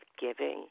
giving